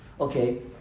Okay